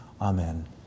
Amen